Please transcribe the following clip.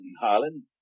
Harlan